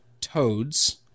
toads